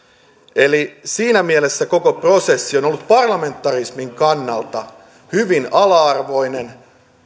siinä mielessä koko prosessi on ollut parlamentarismin kannalta hyvin ala arvoinen